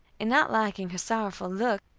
and not liking her sorrowful look,